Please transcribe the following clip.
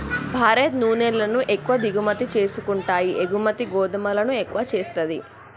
భారత్ నూనెలను ఎక్కువ దిగుమతి చేసుకుంటాయి ఎగుమతి గోధుమలను ఎక్కువ చేస్తది